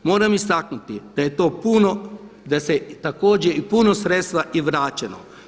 Moram istaknuti da je to puno, da je također i puno sredstava vraćeno.